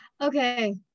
Okay